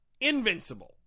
invincible